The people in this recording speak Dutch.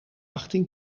achttien